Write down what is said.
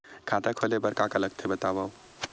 खाता खोले बार का का लगथे बतावव?